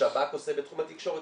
השב"כ עושה בתחום התקשורת.